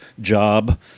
job